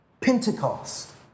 Pentecost